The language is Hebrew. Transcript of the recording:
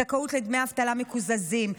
זכאות לדמי אבטלה מקוזזים,